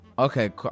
Okay